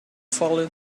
fallen